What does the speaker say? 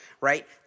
right